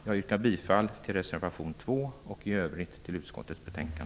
Jag yrkar bifall till reservation 2 och i övrigt till utskottets hemställan.